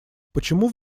почему